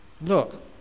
Look